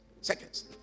Seconds